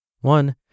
One